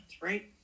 right